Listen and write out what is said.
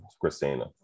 Christina